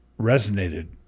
resonated